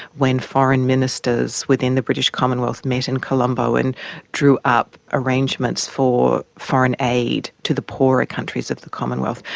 when foreign ministers within the british commonwealth met in colombo and drew up arrangements for foreign aid to the poorer countries of the commonwealth.